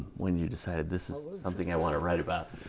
when you decided, this is something i want to write about?